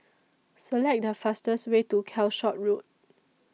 Select The fastest Way to Calshot Road